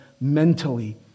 mentally